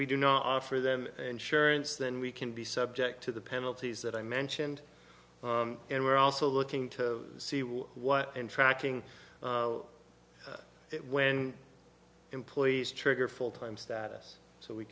we do not offer them and surance then we can be subject to the penalties that i mentioned and we're also looking to see what and tracking when employees trigger full time status so we